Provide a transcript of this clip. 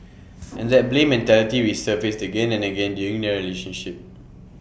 and that blame mentality resurfaced again and again during their relationship